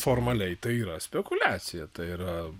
formaliai tai yra spekuliacija tai yra